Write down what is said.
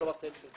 במטר וחצי,